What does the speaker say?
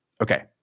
Okay